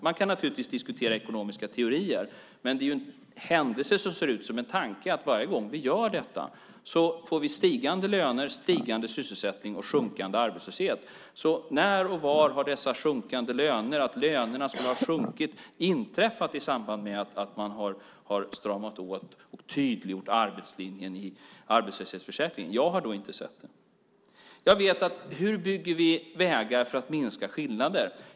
Man kan naturligtvis diskutera ekonomiska teorier. Men det är ju en händelse som ser ut som en tanke att vi varje gång vi gör detta får stigande löner, en stigande sysselsättning och en sjunkande arbetslöshet. Så när och var har det inträffat att lönerna sjunkit i samband med att man har stramat åt och tydliggjort arbetslinjen i arbetslöshetsförsäkringen? Jag har då inte sett det. Hur bygger vi vägar för att minska skillnader?